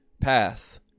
path